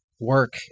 Work